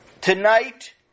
tonight